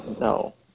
No